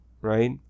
right